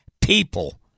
people